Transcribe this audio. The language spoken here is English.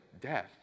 death